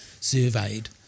surveyed